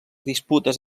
disputes